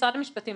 משרד המשפטים,